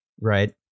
right